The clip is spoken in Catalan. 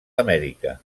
amèrica